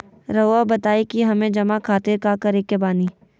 रहुआ बताइं कि हमें जमा खातिर का करे के बानी?